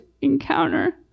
encounter